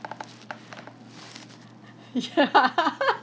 ya